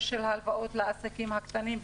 ההלוואות לעסקים קטנים,